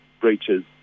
breaches